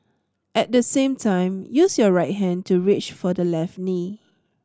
at the same time use your right hand to reach for the left knee